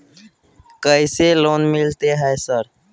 कैसे लोन मिलते है सर?